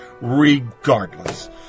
regardless